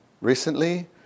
recently